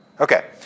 Okay